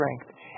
strength